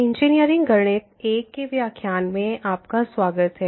engineering गणित I के व्याख्यान में आपका स्वागत है